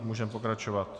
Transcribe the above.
Můžeme pokračovat.